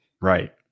right